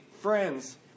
friends